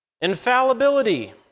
Infallibility